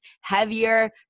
heavier